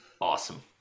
Awesome